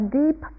deep